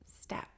step